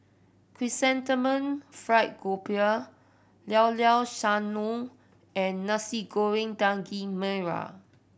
Chrysanthemum Fried Grouper Llao Llao Sanum and Nasi Goreng Daging Merah